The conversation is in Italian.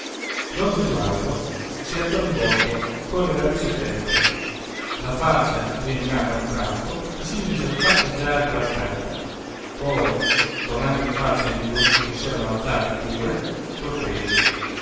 don gesualdo si alzò di botto colle narici aperte la faccia rianimata a un tratto e si mise a passeggiare per la stanza poi tornando in faccia ai due che s'erano alzati pure sorpresi